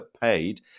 paid